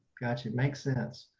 gotcha. makes sense.